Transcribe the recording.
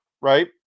right